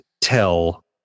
tell